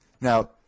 Now